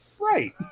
right